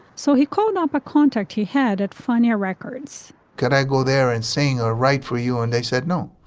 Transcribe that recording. so he called up a contact he had at funny records can i go there and saying or write for you. and they said no